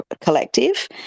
collective